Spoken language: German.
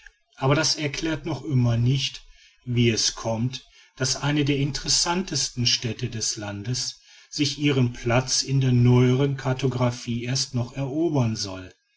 aber das erklärt noch immer nicht wie es kommt daß eine der interessantesten städte des landes sich ihren platz in der neueren kartographie erst noch erobern soll